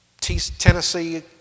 Tennessee